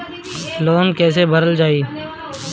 Loan कैसे भरल जाइ?